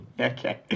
Okay